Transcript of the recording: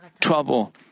trouble